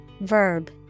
Verb